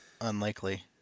unlikely